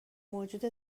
موجود